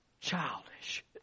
childish